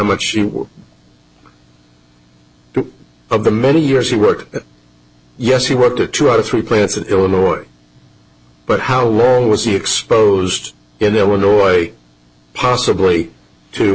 much of the many years he wrote yes he worked at two out of three plants in illinois but how long was he exposed illinois possibly to